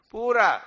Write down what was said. Pura